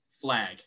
flag